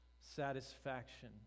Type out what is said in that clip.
Satisfaction